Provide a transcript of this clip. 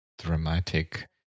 dramatic